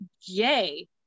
yay